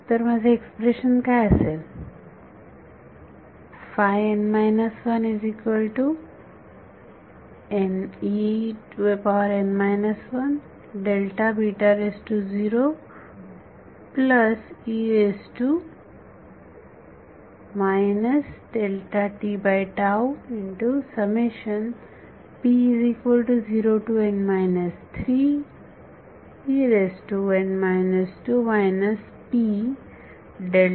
तर माझे एक्सप्रेशन आता काय असेल